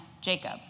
Jacob